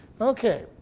Okay